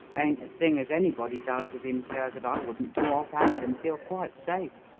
ain't a thing as anybody does with him, sir, that i wouldn't do off-hand and feel quite safe.